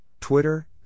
Twitter